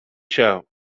show